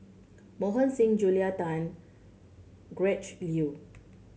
Mohan Singh Julia Tan Gretchen Liu